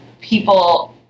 people